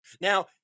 Now